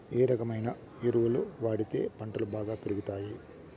ఏ రకమైన ఎరువులు వాడితే పంటలు బాగా పెరుగుతాయి?